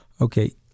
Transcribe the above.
Okay